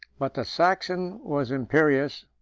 but the saxon was imperious,